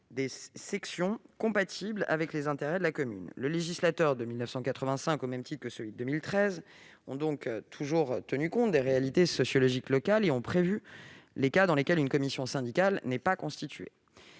des sections compatible avec les intérêts de la commune. Le législateur de 1985, au même titre que celui de 2013, a donc toujours tenu compte des réalités sociologiques locales et a prévu les cas dans lesquels une commission syndicale n'est pas constituée.